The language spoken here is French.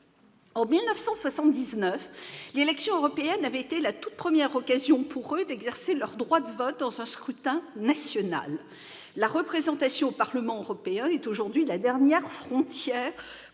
En 1979, l'élection européenne avait été la toute première occasion pour eux d'exercer leur droit de vote dans un scrutin national. La représentation au Parlement européen est aujourd'hui la dernière frontière